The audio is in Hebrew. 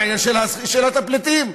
בעניין של שאלת הפליטים?